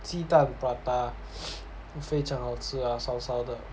鸡蛋 prata 非常好吃啊烧烧的